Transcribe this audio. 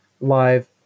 live